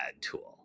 tool